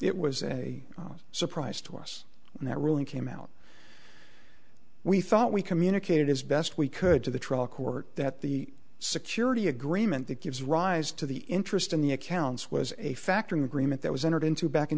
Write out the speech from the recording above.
it was a surprise to us and that ruling came out we thought we communicated as best we could to the trial court that the security agreement that gives rise to the interest in the accounts was a factor in the green light that was entered into back in